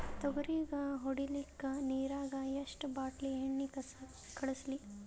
ತೊಗರಿಗ ಹೊಡಿಲಿಕ್ಕಿ ನಿರಾಗ ಎಷ್ಟ ಬಾಟಲಿ ಎಣ್ಣಿ ಕಳಸಲಿ?